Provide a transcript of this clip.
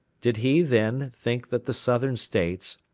did he, then, think that the southern states,